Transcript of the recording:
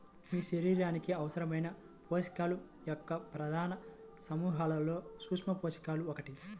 మీ శరీరానికి అవసరమైన పోషకాల యొక్క ప్రధాన సమూహాలలో సూక్ష్మపోషకాలు ఒకటి